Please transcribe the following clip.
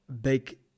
big